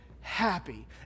happy